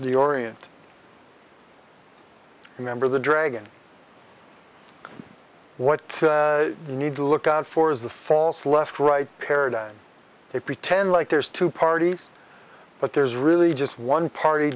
the orient remember the dragon what we need to look out for is the false left right paradigm they pretend like there's two parties but there's really just one party